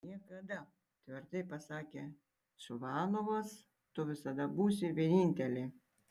niekada tvirtai pasakė čvanovas tu visada būsi vienintelė